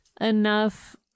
enough